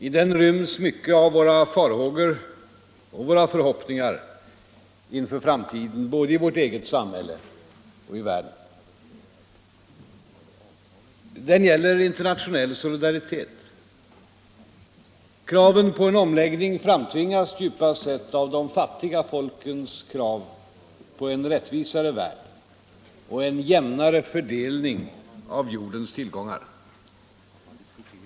I den ryms mycket av våra farhågor och våra förhoppningar inför framtiden, både i vårt eget samhälle och i världen. Den gäller internationell solidaritet. Kraven på en omläggning framtvingas djupast sett av de fattiga folkens krav på en rättvisare värld och en jämnare fördelning av jordens tillgångar.